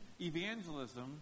evangelism